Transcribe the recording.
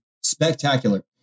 spectacular